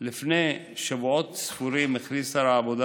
לפני שבועות ספורים הכריז שר העבודה